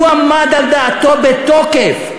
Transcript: הוא עמד על דעתו בתוקף.